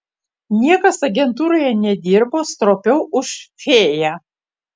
niekas agentūroje nedirbo stropiau už fėją